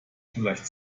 vielleicht